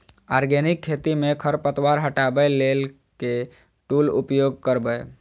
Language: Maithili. आर्गेनिक खेती मे खरपतवार हटाबै लेल केँ टूल उपयोग करबै?